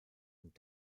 und